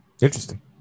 interesting